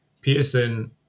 Peterson